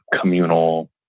communal